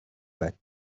байна